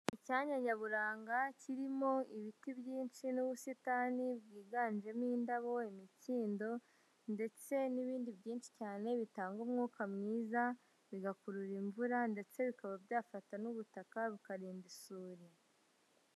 Icyanya nyaburanga kirimo ibiti byinshi n'ubusitani bwiganjemo indabo, imikindo ndetse n'ibindi byinshi cyane bitanga umwuka mwiza bigakurura imvura ndetse bikaba byafata n'ubutaka bikarinda isuri.